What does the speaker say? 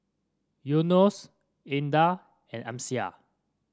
Yunos Indah and Amsyar